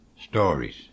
stories